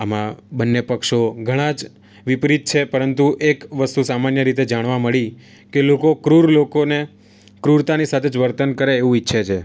આમાં બંને પક્ષો ઘણાં જ વિપરીત છે પરંતુ એક વસ્તુ સામાન્ય રીતે જાણવા મળી કે લોકો ક્રૂર લોકોને ક્રૂરતાની સાથે જ વર્તન કરે એવું ઈચ્છે છે